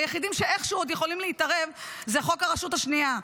היחידים שאיכשהו עוד יכולים להתערב הם חוק הרשות השנייה,